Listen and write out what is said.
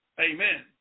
Amen